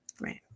Right